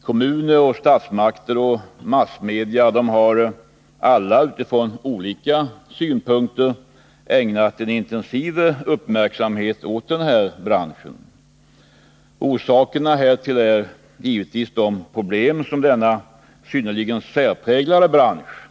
Kommuner, statsmakterna och massmedia har alla — utifrån olika synpunkter — ägnat en intensiv uppmärksamhet åt denna bransch. Orsakerna härtill är givetvis de problem som denna synnerligen särpräglade bransch har.